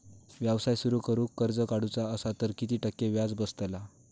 व्यवसाय सुरु करूक कर्ज काढूचा असा तर किती टक्के व्याज बसतला?